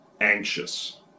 anxious